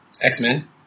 X-Men